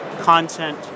content